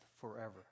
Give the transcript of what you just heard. forever